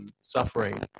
suffering